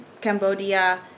Cambodia